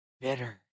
bitter